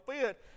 fit